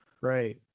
Right